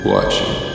Watching